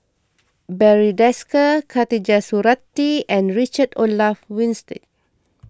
Barry Desker Khatijah Surattee and Richard Olaf Winstedt